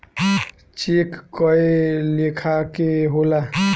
check कए लेखा के होला